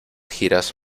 giras